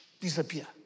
disappear